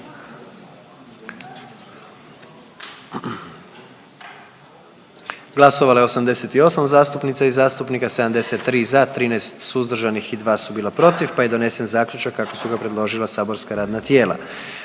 Glasovalo je 117 zastupnica i zastupnika, 115 za, 2 suzdržana pa smo donijeli zaključak kako su ga predložila saborska radna tijela.